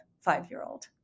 five-year-old